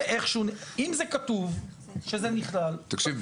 אם זה כתוב שזה נכלל --- תקשיב,